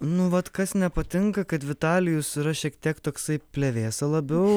nu vat kas nepatinka kad vitalijus yra šiek tiek toksai plevėsa labiau